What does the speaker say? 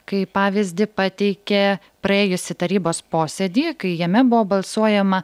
kaip pavyzdį pateikė praėjusį tarybos posėdį kai jame buvo balsuojama